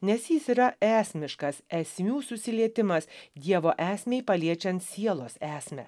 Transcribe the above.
nes jis yra esmiškas esmių susilietimas dievo esmei paliečiant sielos esmę